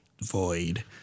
void